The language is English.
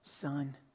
son